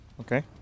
Okay